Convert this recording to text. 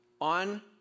on